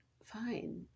fine